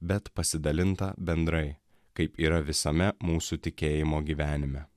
bet pasidalinta bendrai kaip yra visame mūsų tikėjimo gyvenime